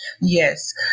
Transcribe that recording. Yes